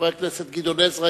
חבר הכנסת גדעון עזרא,